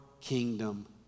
kingdom